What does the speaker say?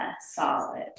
solid